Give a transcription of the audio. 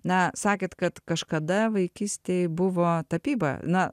na sakėt kad kažkada vaikystėj buvo tapyba na